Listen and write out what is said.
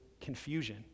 confusion